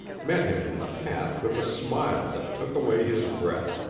met him in the path with a smile that took away his breath